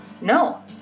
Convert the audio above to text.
No